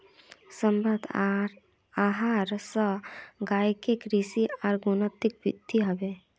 स्वस्थ आहार स गायकेर वृद्धि आर गुणवत्तावृद्धि हबे